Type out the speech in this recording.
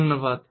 ধন্যবাদ